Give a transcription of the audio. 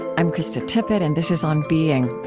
i'm krista tippett and this is on being.